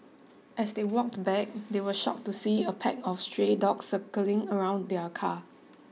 as they walked back they were shocked to see a pack of stray dogs circling around the car